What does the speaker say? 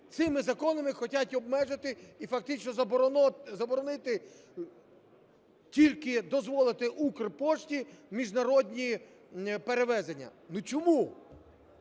цими законами хочуть обмежити і фактично заборонити, тільки дозволити Укрпошті міжнародні перевезення. Чому?